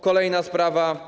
Kolejna sprawa.